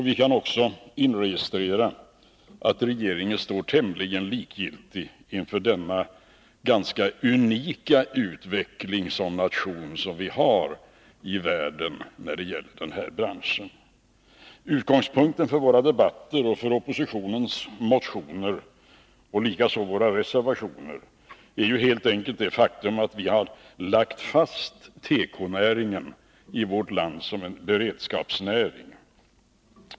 Vi kan också inregistrera att regeringen står tämligen likgiltig inför denna i förhållande till omvärlden unika utveckling som vår nation genomgått när det gäller tekobranschen. Utgångspunkten för våra debatter och för oppositionens motioner och reservationer är helt enkelt det faktum att vi har lagt fast att tekonäringen i vårt land skall vara en beredskapsnäring.